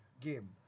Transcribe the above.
game